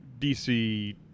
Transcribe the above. DC